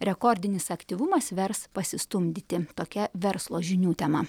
rekordinis aktyvumas vers pasistumdyti tokia verslo žinių tema